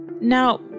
Now